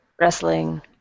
wrestling